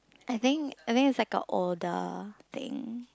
I think I think it's like a older thing